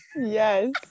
yes